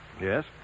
Yes